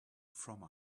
from